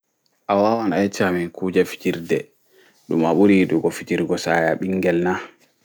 A wawan a yecca amin kuuje fijirɗe ɗum a ɓuri yiɗugo fijirgo sa'e a ɓingel na